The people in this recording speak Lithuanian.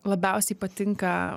labiausiai patinka